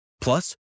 Plus